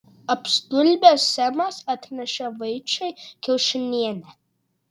apstulbęs semas atnešė vaičiui kiaušinienę